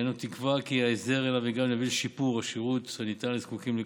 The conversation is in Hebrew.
אנו תקווה כי ההסדר שאליו הגענו יביא לשיפור השירות הניתן לזקוקים לכך,